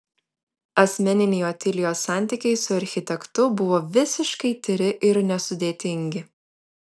asmeniniai otilijos santykiai su architektu buvo visiškai tyri ir nesudėtingi